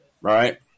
Right